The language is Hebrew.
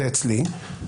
זה אצלי,